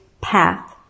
path